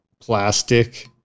plastic